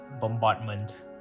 Bombardment